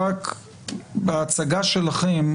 רק בהצגה שלכם,